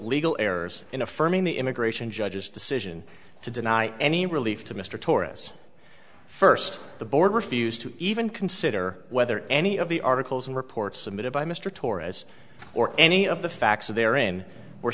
legal errors in affirming the immigration judge's decision to deny any relief to mr tourists first the board refused to even consider whether any of the articles and reports submitted by mr torres or any of the facts of their in were